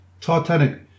Titanic